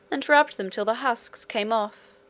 and rubbed them till the husks came off,